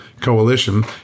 Coalition